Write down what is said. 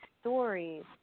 stories